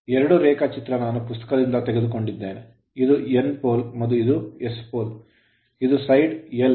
ಎರಡೂ ರೇಖಾಚಿತ್ರ ನಾನು ಪುಸ್ತಕದಿಂದ ತೆಗೆದುಕೊಂಡಿದ್ದೇನೆ ಇದು N pole ಧ್ರುವ ಮತ್ತು ಇದು S pole ಧ್ರುವ